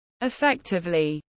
Effectively